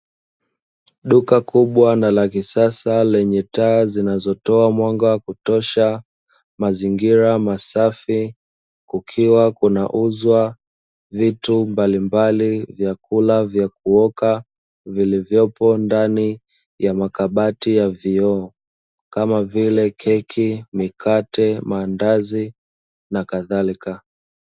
Duka kubwa na la kisasa lenye taa zinazotoa mwanga wa kutosha mazingira masafi, kukiwa kunauzwa vitu mbalimbali vyakula vya kuoka vilivyopo ndani ya makabati ya vioo kama vile: keki, mikate, maandazi na kadhalika.